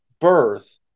birth